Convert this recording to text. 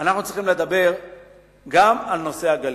אנחנו צריכים לדבר גם על נושא הגליל.